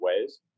ways